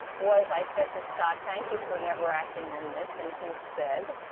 was i said to scott, thank you for never acting on this, and he said,